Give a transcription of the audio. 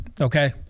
Okay